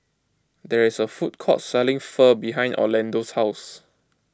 there is a food court selling Pho behind Orlando's house